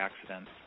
accidents